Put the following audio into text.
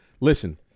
Listen